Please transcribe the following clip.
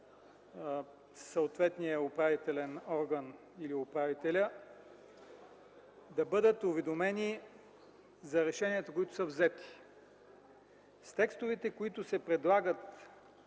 съответния управителен орган или управителя, да бъдат уведомени за решенията, които са взети. С текстовете, които се предлагат